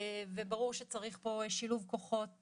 וברור שצריך פה שילוב כוחות